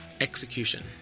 execution